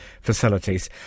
facilities